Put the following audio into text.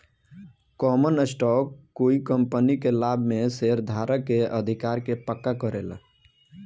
common stock कोइ company के लाभ में शेयरधारक के अधिकार के पक्का करेला